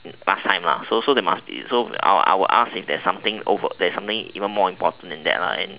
last time ah so so there must be so I I will I will ask if there is something more important over that ah